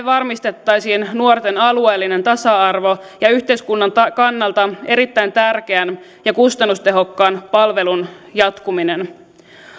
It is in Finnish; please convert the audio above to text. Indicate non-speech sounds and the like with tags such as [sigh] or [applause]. [unintelligible] varmistettaisiin nuorten alueellinen tasa arvo ja yhteiskunnan kannalta erittäin tärkeän ja kustannustehokkaan palvelun jatkuminen